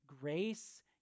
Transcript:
grace